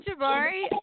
Jabari